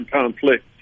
conflict